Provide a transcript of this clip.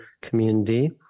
community